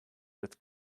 with